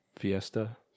fiesta